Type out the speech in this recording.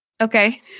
Okay